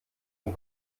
dem